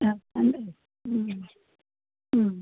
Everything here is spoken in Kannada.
ಹ್ಞೂ ಅಂದ್ರೆ ರೀ ಹ್ಞೂ ಹ್ಞೂ